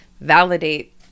validate